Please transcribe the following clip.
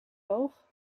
boog